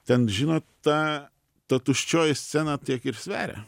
ten žinot ta ta tuščioji scena tiek ir sveria